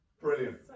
Brilliant